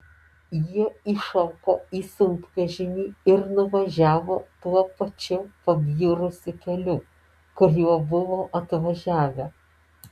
jie įšoko į sunkvežimį ir nuvažiavo tuo pačiu pabjurusiu keliu kuriuo buvo atvažiavę